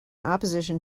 opposition